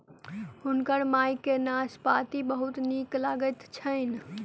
हुनकर माई के नाशपाती बहुत नीक लगैत छैन